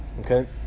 Okay